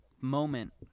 moment